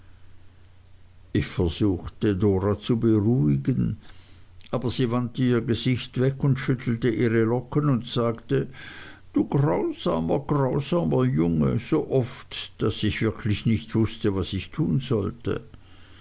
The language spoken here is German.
ich versuchte dora zu beruhigen aber sie wandte ihr gesicht weg und schüttelte ihre locken und sagte du grausamer grausamer junge so oft daß ich wirklich nicht wußte was ich tun sollte